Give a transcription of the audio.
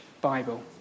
Bible